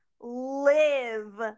live